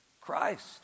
Christ